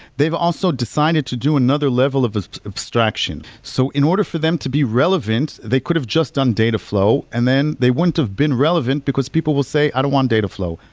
they've also decided to do another level of ah abstraction. so in order for them to be relevant, they could have just done data flow and then they wouldn't have been relevant, because people will say, i don't want data flow.